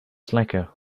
slacker